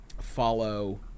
follow